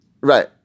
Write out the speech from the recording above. Right